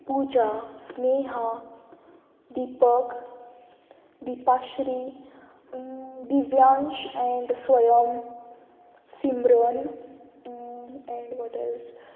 Puja Sneha Deepak Dipashree Divyansh and Swayam Simran and वॉटयेल्स